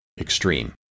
extreme